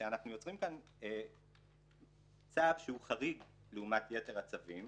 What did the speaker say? שאנחנו יוצרים כאן צו שהוא חריג לעומת יתר הצווים